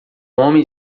homem